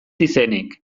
izenik